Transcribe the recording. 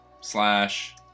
slash